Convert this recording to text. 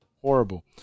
Horrible